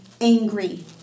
angry